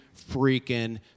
freaking